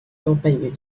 campagne